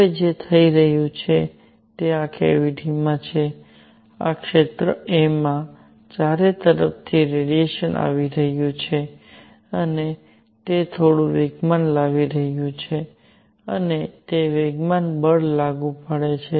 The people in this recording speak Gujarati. હવે જે થઈ રહ્યું છે તે આ કેવીટીમાં છે આ ક્ષેત્ર a માં ચારેતરફથી રેડિયેશન આવી રહ્યુ છે અને તે થોડુ વેગમાન લાવી રહ્યું છે અને તે વેગમાન બળ લાગુ પાડે છે